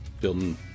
building